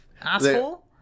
asshole